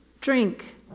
drink